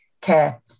care